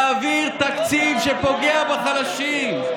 מעביר תקציב שפוגע בחלשים.